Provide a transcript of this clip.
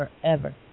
forever